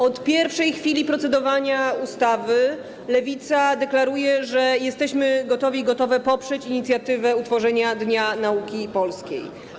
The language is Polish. Od pierwszej chwili procedowania nad ustawą Lewica deklaruje, że jesteśmy gotowi i gotowe poprzeć inicjatywę utworzenia Dnia Nauki Polskiej.